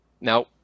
Now